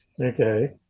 okay